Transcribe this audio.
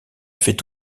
fait